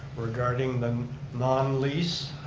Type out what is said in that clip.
regarding the non-lease,